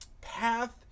path